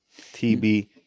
TB